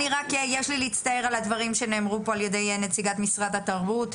אני רק יש לי להצטער על הדברים שנאמרו פה על ידי נציגת משרד התרבות,